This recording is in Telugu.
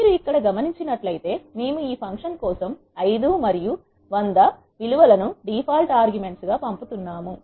మీరు ఇక్కడ గమనించినట్లయితే మేము ఈ ఫంక్షన్ కోసం 5 మరియు 100 విలు వలను డిఫాల్ట్ ఆర్గ్యుమెంట్స్ గా పంపుతున్నాము